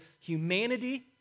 humanity